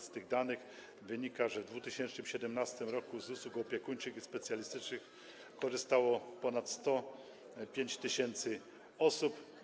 Z tych danych wynika, że w 2017 r. z usług opiekuńczych i specjalistycznych korzystało ponad 105 tys. osób.